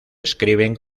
escriben